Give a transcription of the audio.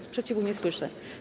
Sprzeciwu nie słyszę.